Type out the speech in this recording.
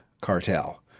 cartel